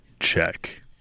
check